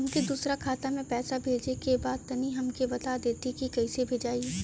हमके दूसरा खाता में पैसा भेजे के बा तनि हमके बता देती की कइसे भेजाई?